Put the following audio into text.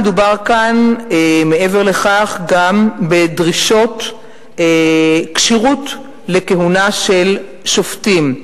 מדובר כאן מעבר לכך גם בדרישות כשירות לכהונה של שופטים.